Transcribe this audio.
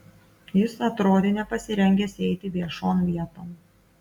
jis atrodė nepasirengęs eiti viešon vieton